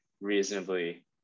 reasonably